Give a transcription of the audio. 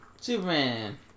Superman